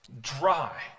Dry